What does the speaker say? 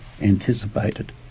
anticipated